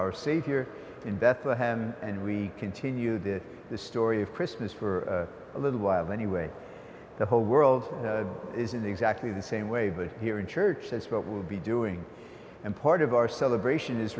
our savior in bethlehem and we continue the story of christmas for a little while anyway the whole world is in exactly the same way but here in church that's what we'll be doing and part of our celebration is